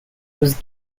was